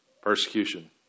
Persecution